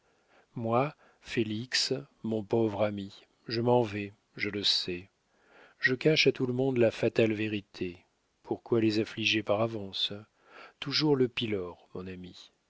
moi félix mon pauvre ami je m'en vais je le sais je cache à tout le monde la fatale vérité pourquoi les affliger par avance toujours le pylore mon ami